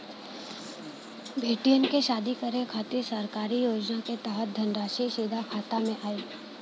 बेटियन के शादी करे के खातिर सरकारी योजना के तहत धनराशि सीधे खाता मे आई?